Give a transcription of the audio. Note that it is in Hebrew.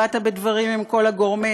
באת בדברים עם כל הגורמים,